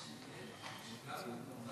גם הוא,